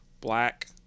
black